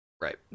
Right